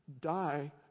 die